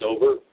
over